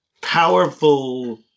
powerful